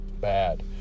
bad